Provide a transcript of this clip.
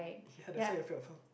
ya that's why you're afraid of her